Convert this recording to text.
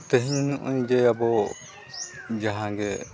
ᱛᱮᱦᱮᱧ ᱡᱮ ᱟᱵᱚ ᱡᱟᱦᱟᱸ ᱜᱮ